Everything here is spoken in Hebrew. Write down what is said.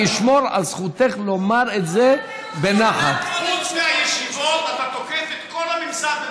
תאמרי את כל מה שאת רוצה,